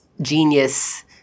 genius